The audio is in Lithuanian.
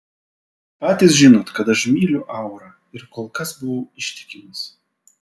patys žinot kad aš myliu aurą ir kol kas buvau ištikimas